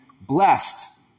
Blessed